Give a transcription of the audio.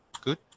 Good